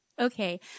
Okay